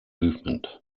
movement